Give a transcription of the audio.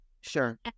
Sure